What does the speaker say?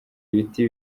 ibiti